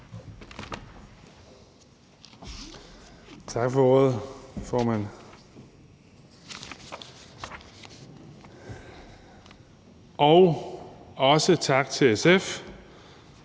Tak for ordet, formand. Og også tak til SF